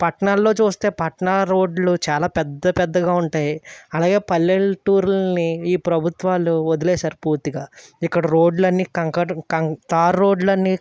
పట్నాల్లో చూస్తే పట్నాల రోడ్లు చాలా పెద్ద పెద్దగా ఉంటాయి అలాగే పల్లెటూళ్ళని ఈ ప్రభుత్వాలు వదిలేసారు పూర్తిగా ఇక్కడ రోడ్లన్నీ కంకర కం తార్ రోడ్లన్నీ